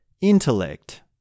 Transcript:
intellect